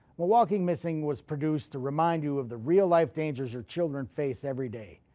milwaukee missing was produced to remind you of the real life dangers your children face everyday,